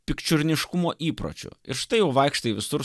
pikčiurniškumo įpročiu ir štai jau vaikštai visur